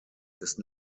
ist